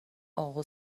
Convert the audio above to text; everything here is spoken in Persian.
اقا